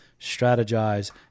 strategize